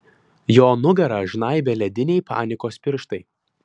jo nugarą žnaibė lediniai panikos pirštai